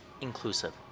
inclusive